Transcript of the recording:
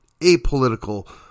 apolitical